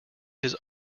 his